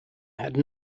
had